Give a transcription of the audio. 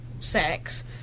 sex